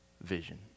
vision